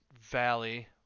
valley